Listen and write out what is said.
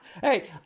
hey